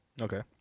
Okay